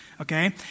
okay